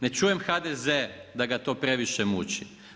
Ne čujem HDZ da ga to previše muči.